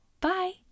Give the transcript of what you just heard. Bye